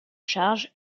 charge